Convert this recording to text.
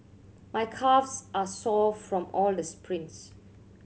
my calves are sore from all the sprints